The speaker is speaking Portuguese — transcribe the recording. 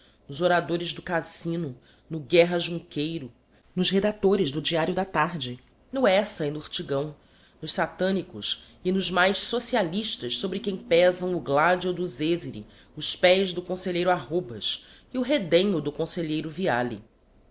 nos oradores do casino no guerra junqueiro nos redactores do diario da tarde no eça e no ortigão nos satanicos e nos mais socialistas sobre quem pesam o gladio do zêzere os pés do conselheiro arrobas e o redenho do conselheiro viale os